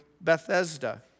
Bethesda